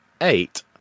eight